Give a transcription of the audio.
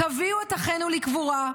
תביאו את אחינו לקבורה.